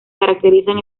caracterizan